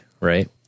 right